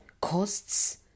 costs